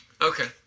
Okay